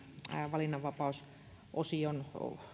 valinnanvapausosion